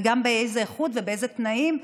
וגם באיזו איכות ובאיזה תנאים.